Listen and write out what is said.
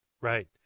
right